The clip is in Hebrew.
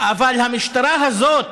אבל המשטרה הזאת,